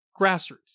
grassroots